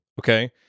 okay